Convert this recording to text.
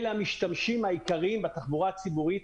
אלה המשתמשים העיקריים בתחבורה הציבורית.